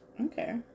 Okay